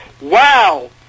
Wow